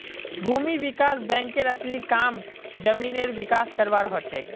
भूमि विकास बैंकेर असली काम जमीनेर विकास करवार हछेक